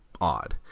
odd